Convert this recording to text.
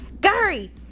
Gary